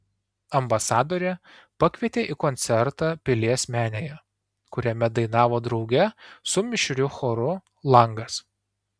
ambasadorė pakvietė į koncertą pilies menėje kuriame dainavo drauge su mišriu choru langas